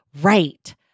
right